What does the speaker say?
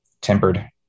tempered